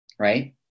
right